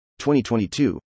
2022